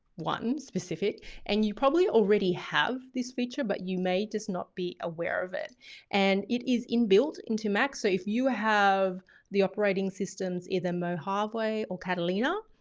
one specific and you probably already have this feature, but you may just not be aware of it and it is in-built into mac. so if you have the operating systems, either mojave or catalina,